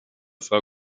frau